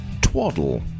Twaddle